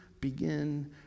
begin